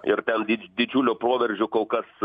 ir ten didž didžiulio proveržio kol kas